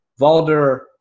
Valder